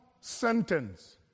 sentence